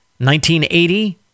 1980